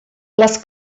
les